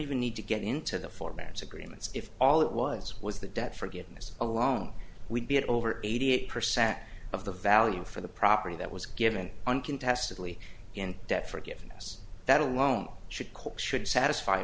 even need to get into the formats agreements if all it was was the debt forgiveness alone we'd be at over eighty eight percent of the value for the property that was given uncontested lee in debt forgiveness that alone should